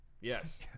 Yes